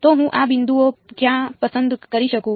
તો હું આ બિંદુઓ ક્યાં પસંદ કરી શકું